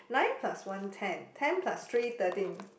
nine plus one ten ten plus three thirteen